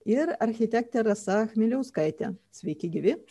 ir architekte rasa chmieliauskaite sveiki gyvi